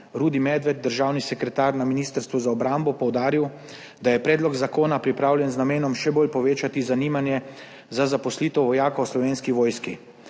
Rudi Medved, državni sekretar na Ministrstvu za obrambo, poudaril, da je predlog zakona pripravljen z namenom, še bolj povečati zanimanje za zaposlitev vojakov v Slovenski vojski.